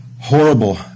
horrible